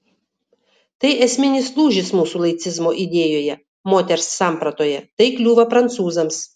tai esminis lūžis mūsų laicizmo idėjoje moters sampratoje tai kliūva prancūzams